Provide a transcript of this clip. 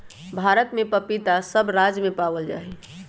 भारत में पपीता सब राज्य में पावल जा हई